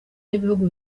n’ibihugu